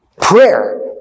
Prayer